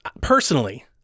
personally